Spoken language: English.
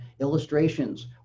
Illustrations